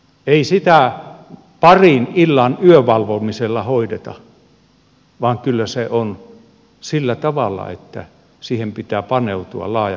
ei sitä parin illan yövalvomisella hoideta vaan kyllä se on sillä tavalla että siihen pitää paneutua laajapohjaisesti